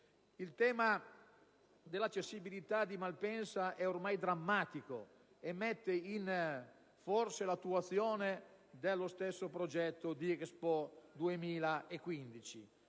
Il tema dell'accessibilità di Malpensa è ormai drammatico e mette in forse l'attuazione dello stesso progetto di Expo 2015.